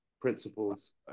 principles